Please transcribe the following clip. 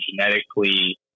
genetically